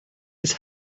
his